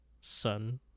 son